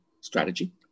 strategy